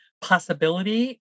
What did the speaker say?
possibility